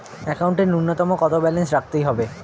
একাউন্টে নূন্যতম কত ব্যালেন্স রাখতে হবে?